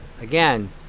again